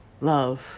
love